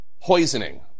poisoning